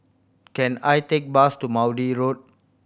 can I take bus to Maude Road